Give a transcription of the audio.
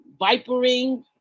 vipering